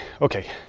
Okay